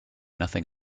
nothing